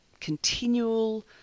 continual